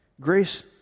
Grace